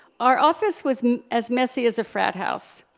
our office was as messy as a frat house.